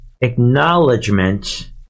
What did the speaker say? acknowledgement